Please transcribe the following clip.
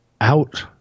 out